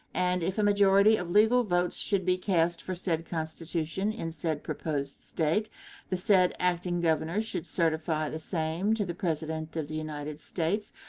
and, if a majority of legal votes should be cast for said constitution in said proposed state the said acting governor should certify the same to the president of the united states,